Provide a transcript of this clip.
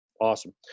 awesome